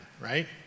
right